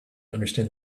understand